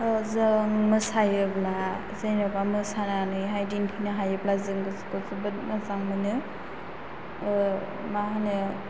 जों मोसायोब्ला जेन'बा मोसानानै हाय दिन्थिनो हायोब्ला जों गोसोखौ जोबोत मोजां मोनो मा होनो